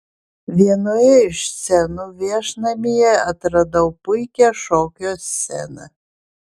vienoje iš scenų viešnamyje atradau puikią šokio sceną